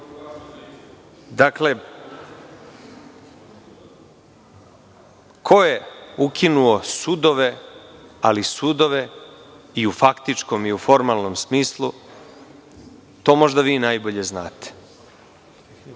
dođem. Dakle, ko je ukinuo sudove, ali sudove i u faktičkom i u formalnom smislu, to možda vi najbolje znate,